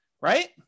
right